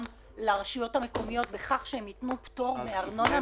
לרשויות המקומיות בכך שהן ייתנו פטור מלא מארנונה,